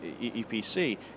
EPC